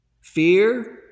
fear